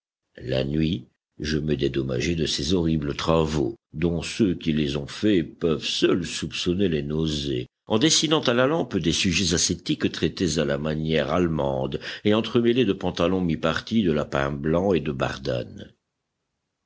la nuit je me dédommageais de ces horribles travaux dont ceux qui les ont faits peuvent seuls soupçonner les nausées en dessinant à la lampe des sujets ascétiques traités à la manière allemande et entremêlés de pantalons mi-partis de lapins blancs et de bardane